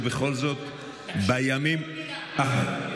ובכל זאת, בימים, תקשיב לכל מילה.